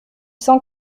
cent